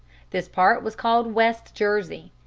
this part was called west jersey.